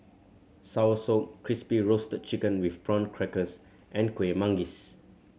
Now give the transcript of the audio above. soursop Crispy Roasted Chicken with Prawn Crackers and Kuih Manggis